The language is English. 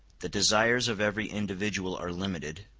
the desires of every individual are limited,